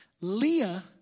Leah